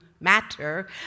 matter